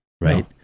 right